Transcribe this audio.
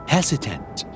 Hesitant